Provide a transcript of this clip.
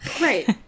right